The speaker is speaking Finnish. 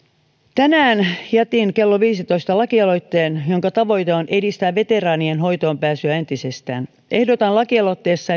tänään kello viidentoista jätin lakialoitteen jonka tavoite on edistää veteraanien hoitoon pääsyä entisestään ehdotan lakialoitteessa